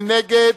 מי נגד?